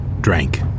Drank